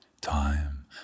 time